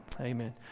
amen